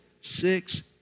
six